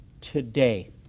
today